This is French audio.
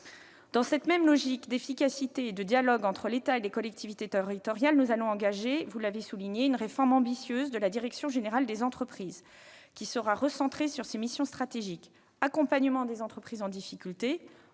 Dans cette même logique d'efficacité et de dialogue entre l'État et les collectivités territoriales, nous allons engager, vous l'avez souligné, une réforme ambitieuse de la direction générale des entreprises, qui sera recentrée sur ses missions stratégiques : accompagnement des entreprises en difficulté,